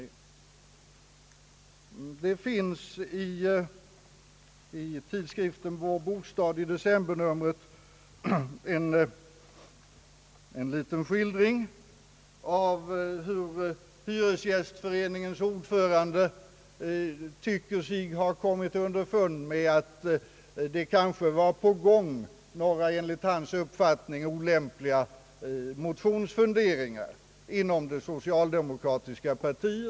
I december numret av tidskriften Vår bostad finns en skildring av hur hyresgästföreningens ordförande tycker sig ha kommit underfund med att några enligt hans uppfattning olämpliga motionsplaner var på gång inom det socialdemokratiska partiet.